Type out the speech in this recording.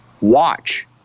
watch